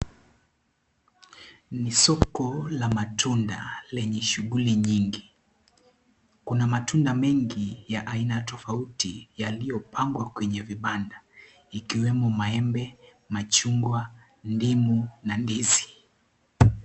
Ni soko la matunda lenye shuguli nyingi, kuna matunda mengi ya aina tofauti yaliyopangwa kwenye vibanda ikiwemo, maembe, machungwa, ndimu na ndizi.